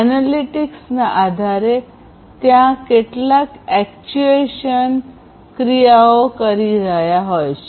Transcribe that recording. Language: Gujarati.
એનાલિટિક્સના આધારેત્યાં કેટલીક એકચ્યુએશન ક્રિયાઓ થઈ શકે છે